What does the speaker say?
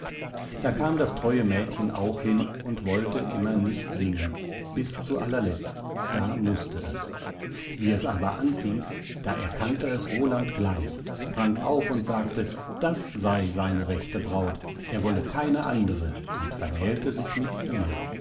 da kam das treue mädchen auch hin und wollte immer nicht singen bis zu allerletzt da mußte es wie es aber anfing da erkannte es roland gleich sprang auf und sagte das sey seine rechte braut er wolle keine andere und vermählte sich mit ihr